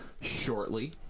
shortly